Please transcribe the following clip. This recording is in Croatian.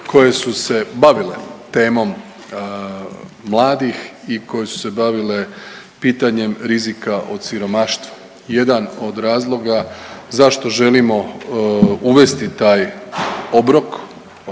koje su se bavile temom mladih i koje su se bavile pitanjem rizika od siromaštva. Jedan od razloga zašto želimo uvesti taj obrok